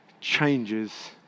changes